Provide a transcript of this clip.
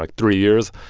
like three years,